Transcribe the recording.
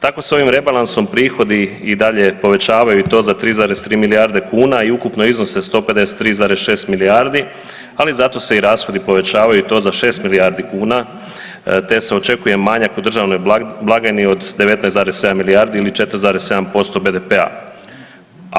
Tako se ovim rebalansom prihodi i dalje povećavaju i to za 3,3 milijarde kuna i ukupno iznose 153,6 milijardi, ali zato se i rashodi povećavaju i to za 6 milijardi kuna te se očekuje manjak u državnoj blagajni od 19,7 milijardi ili 4,7% BDP-a.